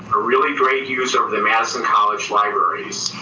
a really great user of the madison college libraries.